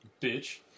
bitch